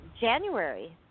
January